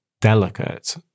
delicate